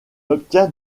obtient